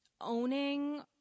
owning